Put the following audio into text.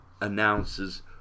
announces